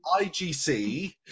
IGC